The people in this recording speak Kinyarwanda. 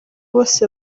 bose